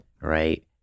Right